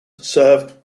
serve